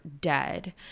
dead